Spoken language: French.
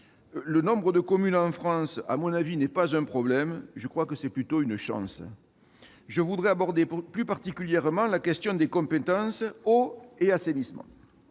le nombre de communes en France n'est pas un problème. Je crois même qu'il s'agit plutôt d'une chance. Je souhaite aborder plus particulièrement la question des compétences eau et assainissement.